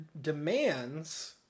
demands